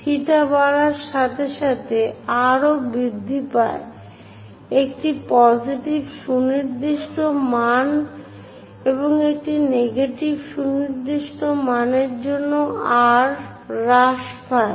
theta বাড়ার সাথে সাথে r ও বৃদ্ধি পায় একটি পজিটিভ সুনির্দিষ্ট মান এবং একটি নেগেটিভ সুনির্দিষ্ট মানের জন্য r হ্রাস পায়